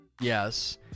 Yes